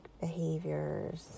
behaviors